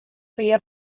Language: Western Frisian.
pear